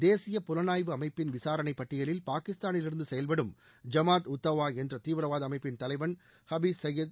தேசிய புலனாய்வு அமைப்பின் விசாரணை பட்டியலில் பாகிஸ்தானிலிருந்து செயல்படும் ஜமாத் உத் தவா என்ற தீவிரவாத அமைப்பின் தலைவன் ஹபீஷ் சையத்